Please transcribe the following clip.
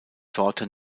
sorte